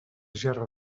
gerra